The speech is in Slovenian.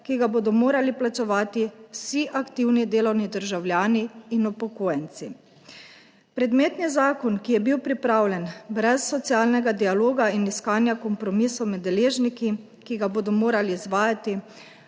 ki ga bodo morali plačevati vsi aktivni delovni državljani in upokojenci. Predmetni zakon, ki je bil pripravljen brez socialnega dialoga in iskanja kompromisov med deležniki, ki ga bodo morali izvajati,